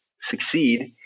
succeed